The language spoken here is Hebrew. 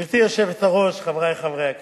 גברתי היושבת-ראש, חברי חברי הכנסת,